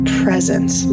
presence